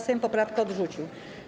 Sejm poprawkę odrzucił.